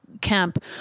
camp